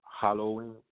Halloween